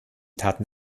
taten